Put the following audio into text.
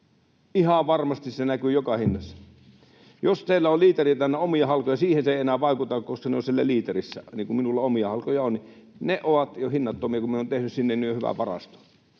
Ihan varmasti se näkyy joka hinnassa. Jos teillä on liiteri täynnä omia halkoja, siihen se ei enää vaikuta, koska ne ovat siellä liiterissä, niin kuin minulla omia halkoja on. Ne ovat jo hinnattomia, kun minä olen tehnyt sinne niin hyvän varaston.